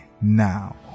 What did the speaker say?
now